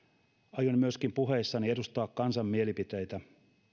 aion myöskin puheissani edustaa kansan mielipiteitä